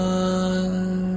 one